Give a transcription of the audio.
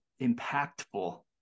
impactful